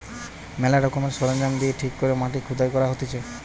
ম্যালা রকমের সরঞ্জাম দিয়ে ঠিক করে মাটি খুদাই করা হতিছে